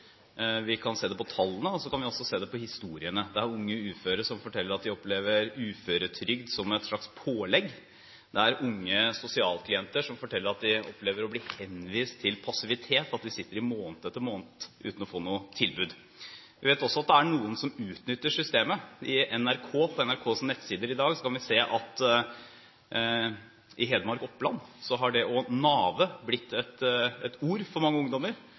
forteller at de opplever uføretrygd som et slags pålegg. Det er unge sosialklienter som forteller at de opplever å bli henvist til passivitet, at de sitter i måned etter måned uten å få noe tilbud. Vi vet også at det er noen som utnytter systemet. På NRKs nettsider i dag kan vi se at i Hedmark og i Oppland har å «nave» blitt et ord for mange ungdommer.